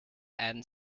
and